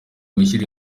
gushyira